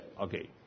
Okay